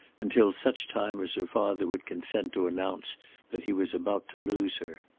until such time as her father would consent to announce that he was about to lose her.